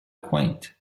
quaint